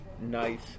nice